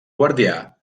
guardià